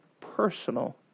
personal